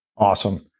Awesome